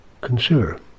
Consider